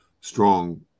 strong